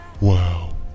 Wow